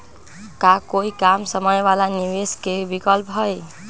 का कोई कम समय वाला निवेस के विकल्प हई?